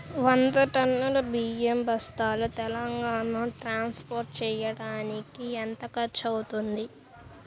వంద టన్నులు బియ్యం బస్తాలు తెలంగాణ ట్రాస్పోర్ట్ చేయటానికి కి ఎంత ఖర్చు అవుతుంది?